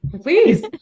please